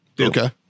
okay